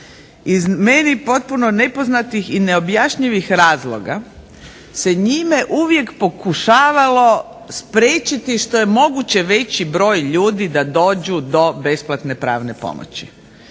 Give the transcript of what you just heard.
iz meni potpuno nepoznatih i neobjašnjivih razloga se njime uvijek pokušavalo spriječiti što je moguće veći broj ljudi da dođu do besplatne pravne pomoći.